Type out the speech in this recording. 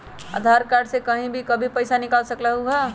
आधार card से कहीं भी कभी पईसा निकाल सकलहु ह?